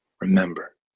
remember